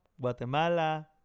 Guatemala